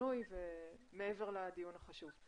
לשינוי מעבר לדיון החשוב.